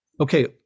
okay